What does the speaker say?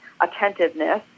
attentiveness